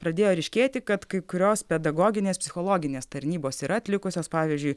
pradėjo ryškėti kad kai kurios pedagoginės psichologinės tarnybos yra atlikusios pavyzdžiui